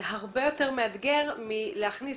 זה הרבה יותר מאתגר מאשר להכניס